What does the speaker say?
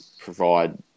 provide